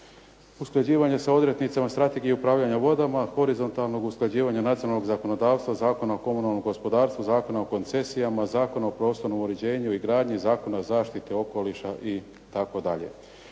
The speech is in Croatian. usklađivanje sa odrednicama Strategije upravljanja vodama, horizontalnog usklađivanja nacionalnog zakonodavstva, Zakona o komunalnom gospodarstvu, Zakona o koncesijama, Zakona o prostornom uređenju i gradnji, Zakona o zaštiti okoliša itd.